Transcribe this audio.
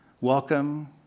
Welcome